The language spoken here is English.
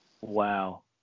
Wow